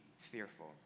fearful